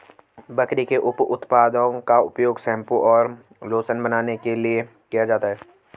बकरी के उप उत्पादों का उपयोग शैंपू और लोशन बनाने के लिए किया जाता है